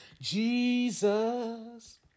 jesus